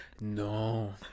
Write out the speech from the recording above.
No